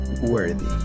worthy